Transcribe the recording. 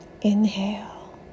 Inhale